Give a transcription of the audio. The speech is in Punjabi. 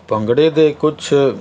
ਭੰਗੜੇ ਦੇ ਕੁਛ